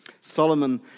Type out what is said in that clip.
Solomon